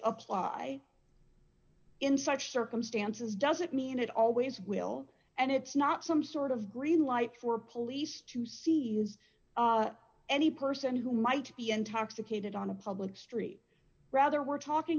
apply in such circumstances doesn't mean it always will and it's not some sort of green light for police to see is any person who might be intoxicated on a public street rather we're talking